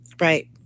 Right